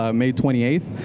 um may twenty eighth.